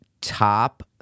top